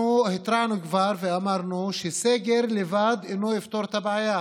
אנחנו התרענו כבר ואמרנו שסגר לבד לא יפתור את הבעיה.